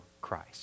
Christ